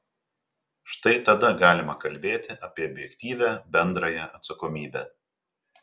štai tada galima kalbėti apie objektyvią bendrąją atsakomybę